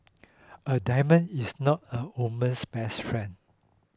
a diamond is not a woman's best friend